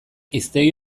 hiztegi